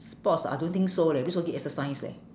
sports ah I don't think so leh brisk walking exercise leh